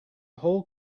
whole